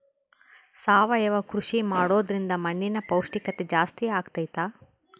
ಸಾವಯವ ಕೃಷಿ ಮಾಡೋದ್ರಿಂದ ಮಣ್ಣಿನ ಪೌಷ್ಠಿಕತೆ ಜಾಸ್ತಿ ಆಗ್ತೈತಾ?